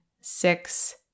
six